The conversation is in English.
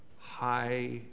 high